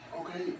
Okay